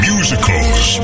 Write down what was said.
Musicals